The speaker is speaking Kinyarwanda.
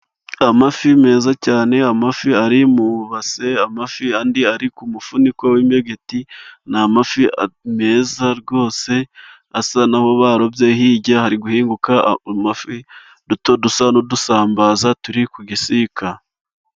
Amafi meza cyane, amafi ari mu base . Amafi andi ari ku mufuniko w'imbegeti ,amafi meza rwose asa n'aho barobye ,hirya hari guhinguka udufi duto dusa n'udusambaza turi ku gisika.